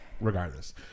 regardless